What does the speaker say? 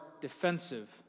defensive